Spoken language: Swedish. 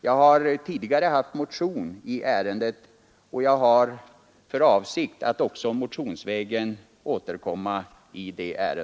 Jag har tidigare väckt motion i ärendet, och jag har för avsikt att återkomma motionsvägen.